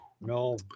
No